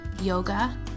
yoga